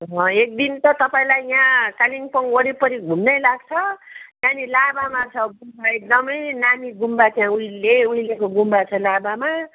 अँ एकदिन त तपाईँलाई यहाँ कालिम्पोङ वरिपरि घुम्नै लाग्छ त्यहाँनिर लाभामा छ गुम्बा एकदमै नामी गुम्बा त्यहाँ उहिले उहिलेको गुम्बा छ लाभामा